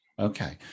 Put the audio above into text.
okay